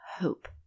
hope